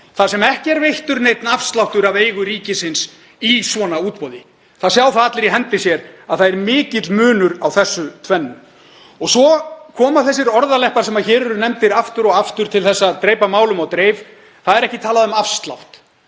þar sem ekki er veittur neinn afsláttur af eigum ríkisins í útboði af þessu tagi. Það sjá það allir í hendi sér að það er mikill munur á þessu tvennu. Og svo koma þessir orðaleppar sem hér eru nefndir aftur og aftur til að drepa málum á dreif. Það er ekki talað um afslátt.